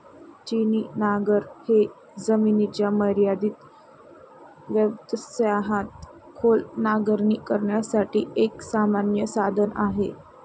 छिन्नी नांगर हे जमिनीच्या मर्यादित व्यत्ययासह खोल नांगरणी करण्यासाठी एक सामान्य साधन आहे